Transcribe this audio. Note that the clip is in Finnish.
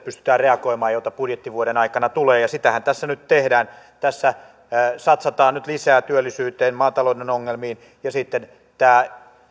pystytään reagoimaan näihin muuttuviin olosuhteisiin joita budjettivuoden aikana tulee ja sitähän tässä nyt tehdään tässä satsataan nyt lisää työllisyyteen maatalouden ongelmiin sitten on tämä